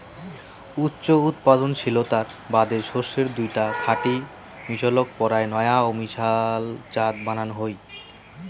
উচ্চ উৎপাদনশীলতার বাদে শস্যের দুইটা খাঁটি মিশলক পরায় নয়া অমিশাল জাত বানান হই